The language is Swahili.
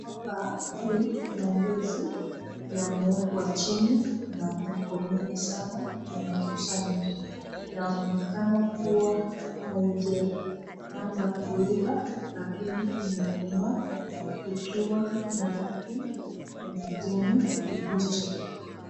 Hapa hii ni ndizi yamewekwa chini na yako mengi sana yamekusanywa yaonekana kuwa haijaanza kuiva lakini imekomaa ikiwa na rangi ya kijani kibichi.